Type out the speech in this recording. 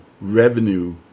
revenue